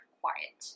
quiet